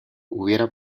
hubiera